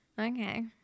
Okay